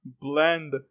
blend